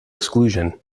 exclusion